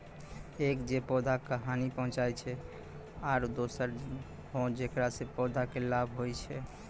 एक जे पौधा का हानि पहुँचाय छै आरो दोसरो हौ जेकरा सॅ पौधा कॅ लाभ होय छै